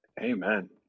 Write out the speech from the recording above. Amen